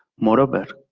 moreover,